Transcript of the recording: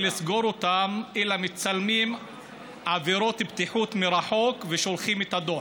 לסגור אותם אלא מצלמים עבירות בטיחות מרחוק ושולחים את הדוח.